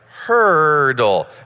Hurdle